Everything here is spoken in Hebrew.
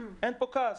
אין פה כעס.